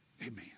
Amen